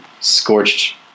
scorched